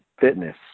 fitness